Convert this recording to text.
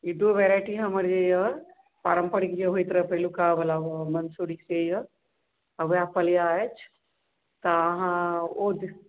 ई दू भेरायटी हमर जे यऽ पारम्परीक जे होइत रहऽ पहिलुका बला मंसूरी से यऽ आ ओएह पलिआ अछि तऽ अहाँ ओ